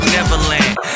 Neverland